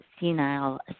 senile